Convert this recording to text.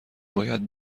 باید